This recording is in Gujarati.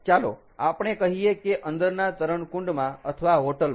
ચાલો આપણે કહીએ કે અંદરના તરણકુંડમાં અથવા હોટલમાં